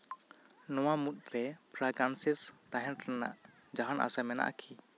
ᱱᱚᱣᱟ ᱢᱩᱫᱽᱨᱮ ᱯᱷᱨᱟᱠᱟᱱᱥᱮᱥ ᱛᱟᱦᱮᱱ ᱨᱮᱭᱟᱜ ᱡᱟᱦᱟᱱ ᱟᱥᱟ ᱢᱮᱱᱟᱜᱼᱟ ᱠᱤ